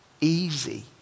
easy